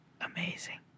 amazing